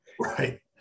Right